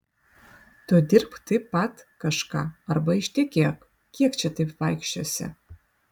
tu dirbk taip pat kažką arba ištekėk kiek čia taip vaikščiosi